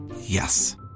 Yes